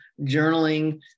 journaling